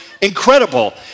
incredible